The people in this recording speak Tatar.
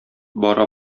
бара